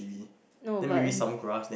no but